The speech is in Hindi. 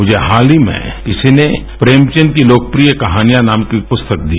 मुझे हाल ही में किसी ने श्रश्रेमचंद की लोकप्रिय कहानियां श्र्नाम की प्रस्तक दी